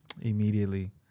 Immediately